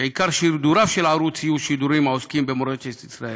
שעיקר שידוריו יהיו שידורים העוסקים במורשת ישראל.